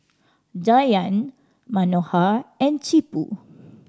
Dhyan Manohar and Tipu